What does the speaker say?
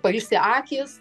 pailsi akys